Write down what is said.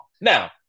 Now